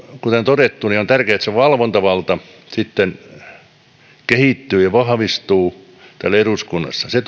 kuten todettu on tärkeää että se valvontavalta kehittyy ja vahvistuu täällä eduskunnassa se